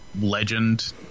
legend